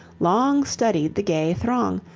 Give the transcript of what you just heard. long studied the gay throng,